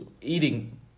eating